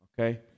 Okay